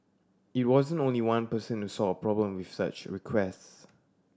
it wasn't only one person who saw a problem with such requests